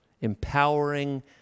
empowering